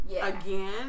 again